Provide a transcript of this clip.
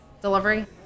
delivery